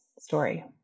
story